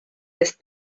des